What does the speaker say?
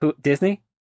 Disney